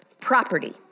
property